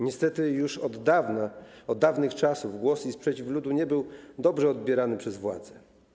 Niestety już od dawna, od dawnych czasów głos i sprzeciw ludu nie był dobrze odbierany przez władze.